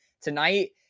tonight